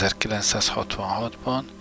1966-ban